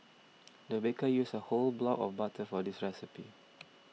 the baker used a whole block of butter for this recipe